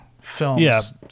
films